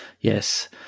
yes